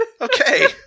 Okay